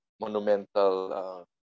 monumental